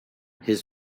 his